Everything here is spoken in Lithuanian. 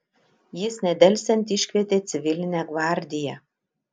jis nedelsiant iškvietė civilinę gvardiją